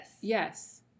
Yes